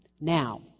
Now